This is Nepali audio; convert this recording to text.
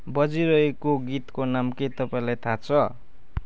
बजिरहेको गीतको नाम के तपाईँलाई था छ